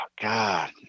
God